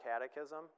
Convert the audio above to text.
Catechism